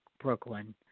Brooklyn